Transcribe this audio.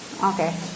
okay